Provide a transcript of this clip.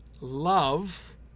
love